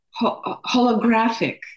holographic